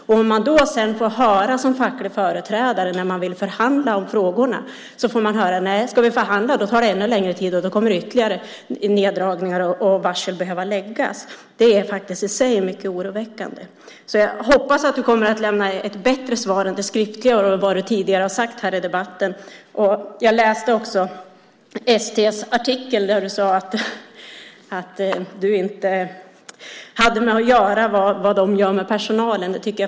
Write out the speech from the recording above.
När man sedan som facklig företrädare vill förhandla om frågorna får man höra att om det ska förhandlas tar det ännu längre tid och då kommer ytterligare neddragningar och varsel att behöv läggas. Det är i sig mycket oroväckande. Jag hoppas att du kommer att lämna ett bättre svar än det skriftliga och det som du tidigare har gett i debatten. Du sade i ST:s artikel att du inte hade något att göra med vad de gör med personalen.